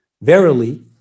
Verily